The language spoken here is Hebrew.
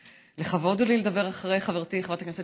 לכבוד הוא לי לדבר אחרי חברתי חברת הכנסת